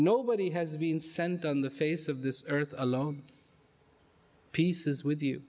nobody has been sent on the face of this earth alone pieces with you